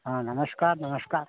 हाँ नमस्कार नमस्कार